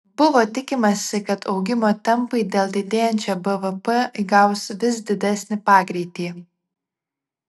buvo tikimasi kad augimo tempai dėl didėjančio bvp įgaus vis didesnį pagreitį